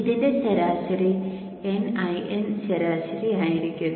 ഇതിന്റെ ശരാശരി Iin ശരാശരി ആയിരിക്കും